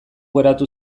geratu